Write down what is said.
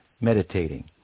meditating